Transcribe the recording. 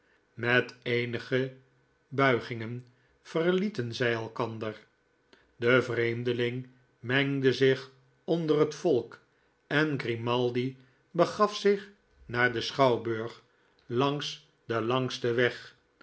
met eenige buigingen verlieten zij elkander de vreemdeling mengde zich onder het volk en grimaldi begaf zich naar den schouwburg langs den langsten weg